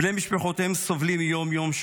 בני משפחותיהם סובלים יום-יום,